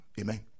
Amen